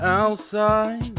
outside